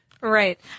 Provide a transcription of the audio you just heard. Right